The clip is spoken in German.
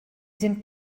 sind